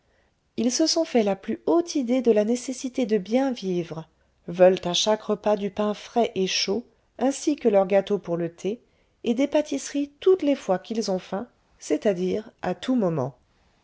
ils se sont fait la plus haute idée de la nécessité de bien vivre veulent à chaque repas du pain frais et chaud ainsi que leurs gâteaux pour le thé et des pâtisseries toutes les fois qu'ils ont faim c'est-à-dire à tout moment